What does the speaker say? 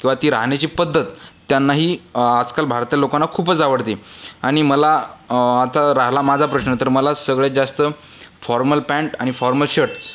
राहण्याची पद्धत त्यांनाही आजकाल भारतीय लोकांना खूपच आवडते आणि मला आता राहिला माझा प्रश्न तर मला सगळ्यात जास्त फॉर्मल पॅन्ट आणि फॉर्मल शर्ट्स